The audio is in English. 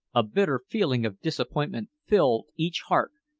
a bitter feeling of disappointment filled each heart,